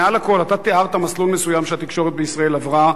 מעל הכול אתה תיארת מסלול מסוים שהתקשורת בישראל עברה,